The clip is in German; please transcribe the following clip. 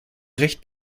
recht